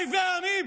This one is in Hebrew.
אויבי העמים,